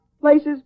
Places